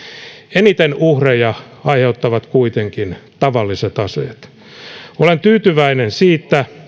eniten uhreja aiheuttavat kuitenkin tavalliset aseet olen tyytyväinen siitä